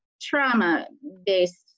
trauma-based